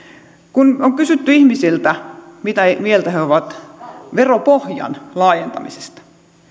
kun on kysytty ihmisiltä mitä mieltä he ovat veropohjan laajentamisesta